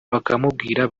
bakamubwira